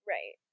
Right